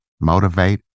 motivate